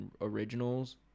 Originals